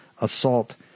assault